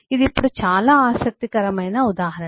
ఇది ఇప్పుడు చాలా ఆసక్తికరమైన ఉదాహరణ